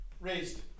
raised